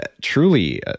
truly